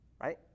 Right